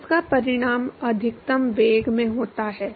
तो इसका परिणाम अधिकतम वेग में होता है